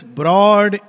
broad